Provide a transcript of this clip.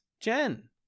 Jen